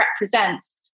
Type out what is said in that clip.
represents